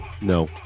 No